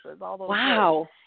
Wow